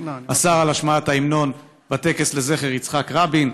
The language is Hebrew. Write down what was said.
אסר על השמעת ההמנון בטקס לזכר יצחק רבין,